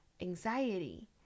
anxiety